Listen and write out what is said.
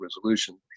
resolution